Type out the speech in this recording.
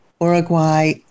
uruguay